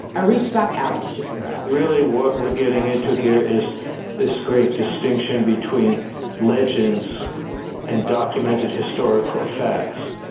i reached back out to shapiro really, what we're getting into here is this great distinction between legends and documented historical facts.